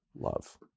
love